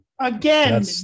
Again